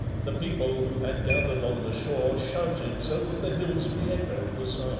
the people who had gathered on the shore shouted so that the hills reechoed the